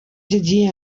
llegir